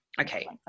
Okay